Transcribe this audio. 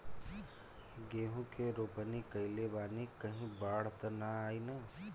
गेहूं के रोपनी कईले बानी कहीं बाढ़ त ना आई ना?